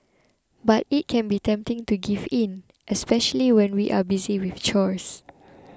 but it can be tempting to give in especially when we are busy with chores